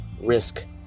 risk